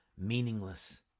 Meaningless